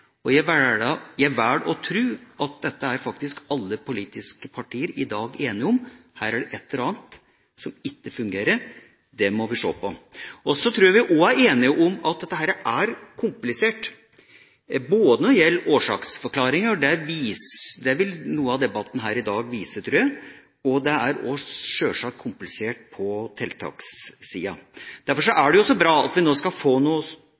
Jeg velger å tro at alle politiske partier i dag enige om at det er et eller annet her som ikke fungerer, dette må vi se på. Så tror jeg også at vi er enige om at dette er komplisert, f.eks. gjelder det årsaksforklaring. Det tror jeg noe av debatten i dag vil vise. Det er også sjølsagt komplisert på tiltakssida. Derfor er det så bra at vi skal få